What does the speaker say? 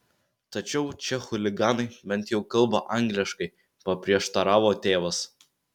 tačiau čia chuliganai bent jau kalba angliškai paprieštaravo tėvas